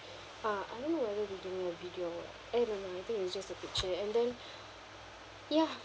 uh I don't know whether they gave me a video eh no no I think it's just a picture and then ya